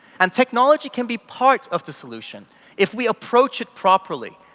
and technology can be part of the solution if we approach it properly,